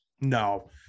No